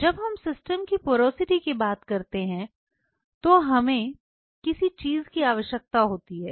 जब हम सिस्टम की पोरोसिटी की बात करते हैं तो हमें किसी चीज की आवश्यकता होती है